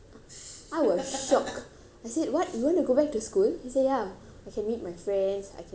I said what you want to go back to school he say ya I can meet my friends I can go to school is nice